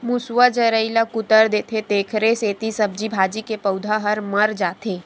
मूसवा जरई ल कुतर देथे तेखरे सेती सब्जी भाजी के पउधा ह मर जाथे